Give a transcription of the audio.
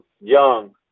young